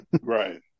Right